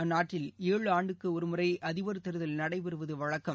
அந்நாட்டில் ஏழு ஆண்டுகளுக்குஒருமுறைஅதிபர் தேர்தல் நடைபெறுவதுவழக்கம்